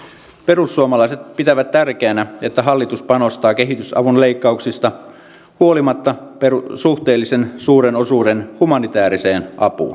perussuomalaiset pitävät tärkeänä että hallitus panostaa kehitysavun leikkauksista huolimatta suhteellisen suuren osuuden humanitääriseen apuun